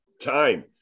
time